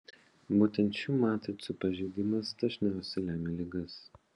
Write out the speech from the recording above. būtent šių matricų pažeidimas dažniausiai lemia ligas